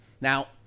Now